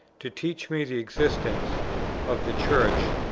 to teach me the existence of the church,